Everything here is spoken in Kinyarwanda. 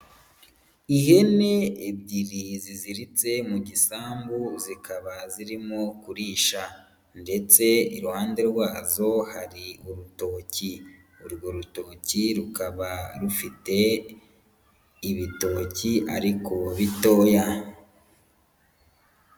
Ihene ebyiri ziziritse mu gisambu zikaba zirimo kurisha ndetse iruhande rwazo hari urutoki, urwo rutoki rukaba rufite ibitoki ariko bitoya.